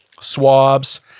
swabs